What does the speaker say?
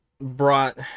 brought